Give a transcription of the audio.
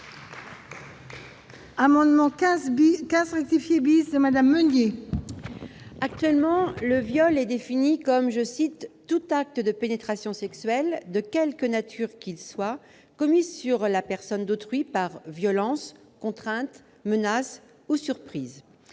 parole est à Mme Michelle Meunier. Actuellement, le viol est défini comme « tout acte de pénétration sexuelle, de quelque nature qu'il soit, commis sur la personne d'autrui par violence, contrainte, menace ou surprise ».